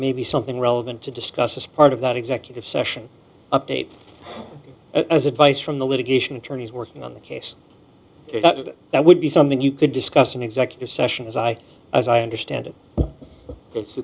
may be something relevant to discuss as part of that executive session update as advice from the litigation attorneys working on the case that would be something you could discuss in executive session as i as i understand it